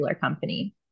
company